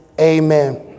Amen